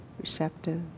receptive